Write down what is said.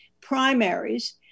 primaries